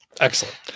Excellent